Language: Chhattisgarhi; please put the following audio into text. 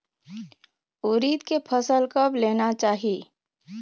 उरीद के फसल कब लेना चाही?